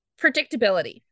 predictability